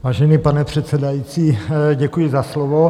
Vážený pane předsedající, děkuji za slovo.